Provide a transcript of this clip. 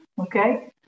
okay